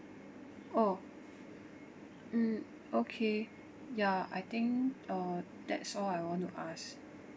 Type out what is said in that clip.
oh mm okay ya I think uh that's all I want to ask